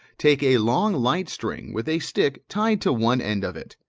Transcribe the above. take a long light string with a stick tied to one end of it,